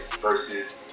versus